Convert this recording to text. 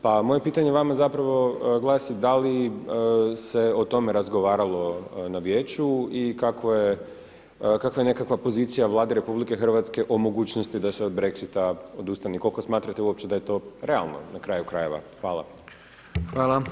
Pa moje pitanje vama zapravo glasi da li se o tome razgovaralo na Vijeću i kakva je nekakva pozicija Vlade RH o mogućnosti da se od BREXIT-a odustane i koliko smatrate uopće da je to realno na kraju krajeva.